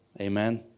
Amen